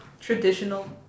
traditional